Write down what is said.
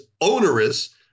onerous